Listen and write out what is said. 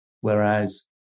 whereas